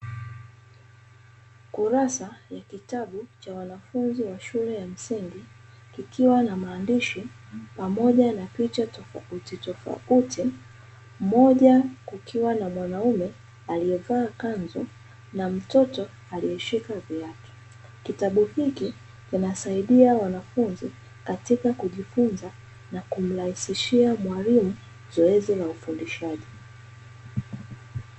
Kurasa ya kitabu cha wanafunzi wa shule ya msingi kikiwa na maandishi pamoja na picha tofauti tofauti, mmoja kukiwa na mwanamume aliyevaa kanzu na mtoto aliyeshika viatu. Kitabu hiki kinasaidia wanafunzi katika kujifunza na kumrahisishia mwalimu zoezi la ufundishaji.